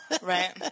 Right